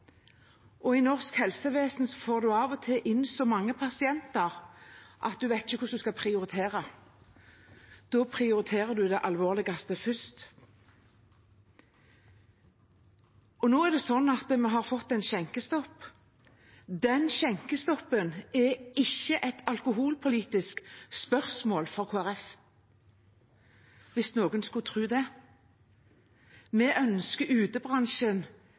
I norsk helsevesen får man av og til inn så mange pasienter at man ikke vet hvordan man skal prioritere. Da prioriterer man det alvorligste først. Nå er det sånn at vi har fått en skjenkestopp. Den skjenkestoppen er ikke et alkoholpolitisk spørsmål for Kristelig Folkeparti, hvis noen skulle tro det. Vi ønsker